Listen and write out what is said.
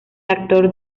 actor